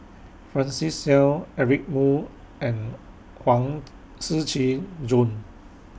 Francis Seow Eric Moo and Huang Shiqi Joan